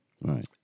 right